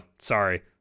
sorry